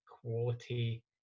quality